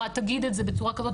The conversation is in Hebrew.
המורה תגיד את זה בצורה כזו,